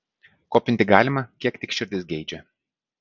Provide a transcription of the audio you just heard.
kopinti galima kiek tik širdis geidžia